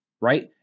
right